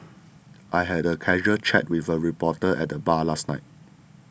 I had a casual chat with a reporter at the bar last night